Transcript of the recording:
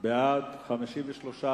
בעד, 53,